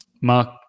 Mark